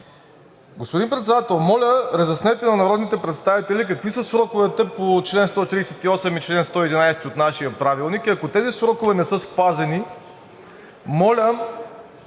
Господин Председател, моля, разяснете на народните представители какви са сроковете по чл. 138 и чл. 111 от нашия Правилник и ако тези срокове не са спазени, моля